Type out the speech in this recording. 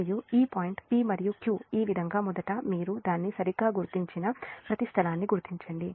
మరియు ఈ point p మరియు q ఈ విధంగా మొదట మీరు దాన్ని సరిగ్గా గుర్తించిన ప్రతి స్థలాన్ని గుర్తించండి